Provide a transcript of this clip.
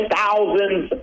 thousands